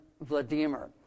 Vladimir